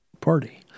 Party